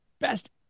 best